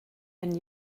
and